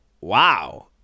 wow